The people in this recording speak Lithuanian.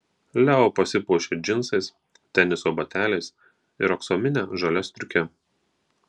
leo pasipuošia džinsais teniso bateliais ir aksomine žalia striuke